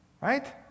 right